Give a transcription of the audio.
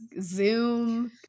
Zoom